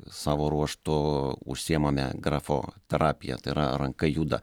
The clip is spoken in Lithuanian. savo ruožtu užsiimame grafoterapija tai yra ranka juda